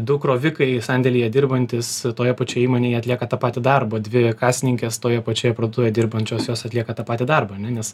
du krovikai sandėlyje dirbantis toje pačioje įmonėje atlieka ta pati darbo dvi kasininkės toje pačioje parduotuvėje dirbančios jos atlieka tą patį darbą ane nes